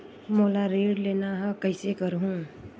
मोला ऋण लेना ह, कइसे करहुँ?